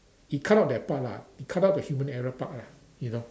it cut out that part lah it cut out the human error part ah you know